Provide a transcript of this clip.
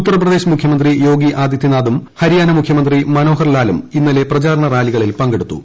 ഉത്തരപ്രദേശ് മുഖ്യമന്ത്രി യോഗി ആദിത്യനാഥും ഹരിയാന മുഖ്യമന്ത്രി മ്യൂനോഹർ ലാലും ഇന്നലെ പ്രചാരണ റാലികളിൽ പങ്കെടുത്തു